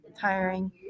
tiring